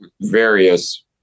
various